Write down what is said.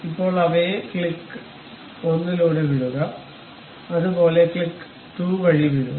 ഇപ്പോൾ അവയെ ക്ലിക്ക് 1 ലൂടെ വിടുക അതുപോലെ ക്ലിക്ക് 2 വഴി വിടുക